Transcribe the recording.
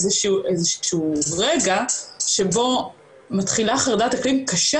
איזה שהוא רגע שבו מתחילה חרדת אקלים קשה.